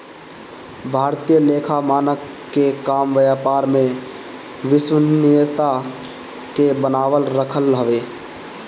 भारतीय लेखा मानक के काम व्यापार में विश्वसनीयता के बनावल रखल हवे